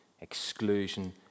exclusion